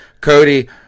Cody